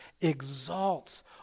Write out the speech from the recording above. exalts